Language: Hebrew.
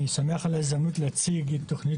אני שמח על ההזדמנות להציג את תכנית